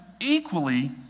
equally